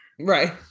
Right